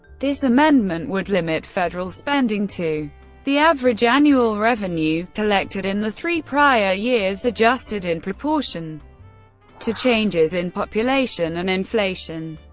this amendment would limit federal spending to the average average annual revenue collected in the three prior years, adjusted in proportion to changes in population and inflation.